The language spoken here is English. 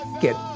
get